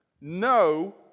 no